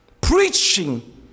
preaching